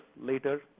later